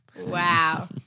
Wow